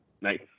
Nice